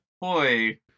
boy